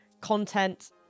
content